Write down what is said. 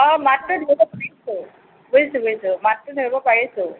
অ মাতটো ধৰিব পাৰিছোঁ বুজিছোঁ বুজিছোঁ মাতটো ধৰিব পাৰিছোঁ